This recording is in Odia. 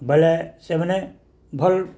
ବୋଇଲେ ସେମାନେ ଭଲ୍